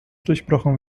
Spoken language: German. durchbrochen